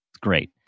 great